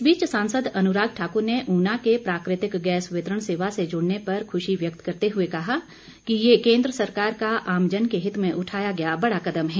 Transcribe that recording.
इस बीच सांसद अनुराग ठाकुर ने ऊना के प्राकृतिक गैस वितरण सेवा से जुड़ने पर खुशी व्यक्त करते हुए कहा कि ये केन्द्र सरकार का आमजन के हित में उठाया गया बड़ा कदम है